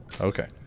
Okay